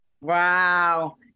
Wow